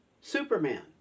Superman